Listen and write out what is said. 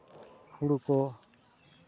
ᱦᱩᱲᱩ ᱠᱚ